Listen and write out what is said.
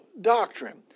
doctrine